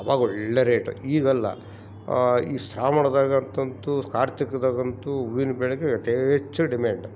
ಅವಾಗ ಒಳ್ಳೆ ರೇಟ್ ಈಗೆಲ್ಲ ಈ ಶ್ರಾವಣದಾಗಂತಂತು ಕಾರ್ತಿಕದಾಗಂತು ಹೂವಿನ ಬೆಳೆಗೆ ಯಥೇಚ್ಚ ಡಿಮ್ಯಾಂಡ್